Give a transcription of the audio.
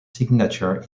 signature